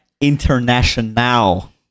international